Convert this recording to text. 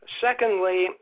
Secondly